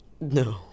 No